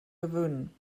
gewöhnen